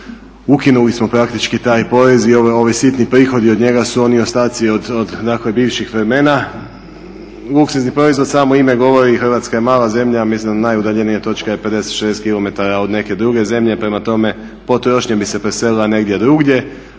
ukinuli smo praktički taj porez i ovi sitni prihodi od njega su oni ostaci od dakle bivših vremena. Luksuzni proizvod, samo ime govori, Hrvatska je mala zemlja, mislim najudaljenija točka je 50-60 km od neke druge zemlje. Prema tome, potrošnja bi se preselila negdje drugdje.